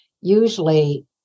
usually